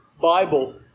Bible